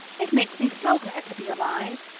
it makes me so glad to be alive.